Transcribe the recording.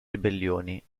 ribellioni